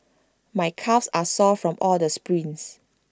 my calves are sore from all the sprints